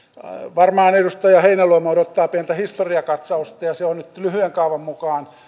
varmaan edustaja heinäluoma odottaa pientä historiakatsausta ja ja se on nyt lyhyen kaavan mukaan